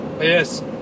Yes